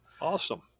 awesome